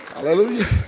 Hallelujah